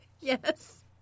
Yes